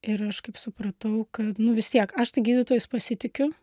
ir aš kaip supratau kad nu vis tiek aš tai gydytojais pasitikiu